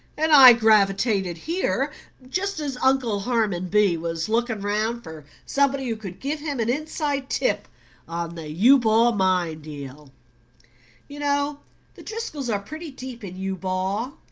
and i gravitated here just as uncle harmon b. was looking round for somebody who could give him an inside tip on the eubaw mine deal you know the driscolls are pretty deep in eubaw.